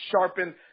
sharpened